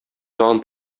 тагын